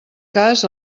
cas